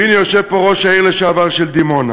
והנה, יושב פה ראש העיר לשעבר של דימונה.